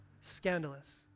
scandalous